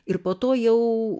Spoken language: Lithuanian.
ir po to jau